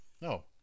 No